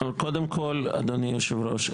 קודם כל אדוני היושב ראש,